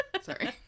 Sorry